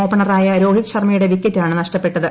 ഓപ്പണറായു രോഹിത് ശർമ്മയുടെ വിക്കറ്റാണ് നഷ്ടപ്പെട്ടത്